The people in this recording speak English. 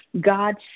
God